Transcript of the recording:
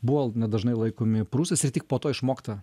buvo nedažnai laikomi prūsais ir tik po to išmokta